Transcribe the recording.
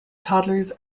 toddlers